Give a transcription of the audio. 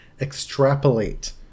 extrapolate